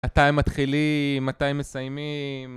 מתי מתחילים? מתי מסיימים?